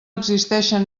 existeixen